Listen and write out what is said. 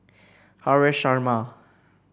Haresh Sharma